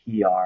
PR